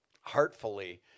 heartfully